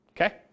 Okay